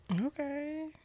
Okay